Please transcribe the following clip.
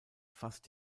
fast